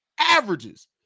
averages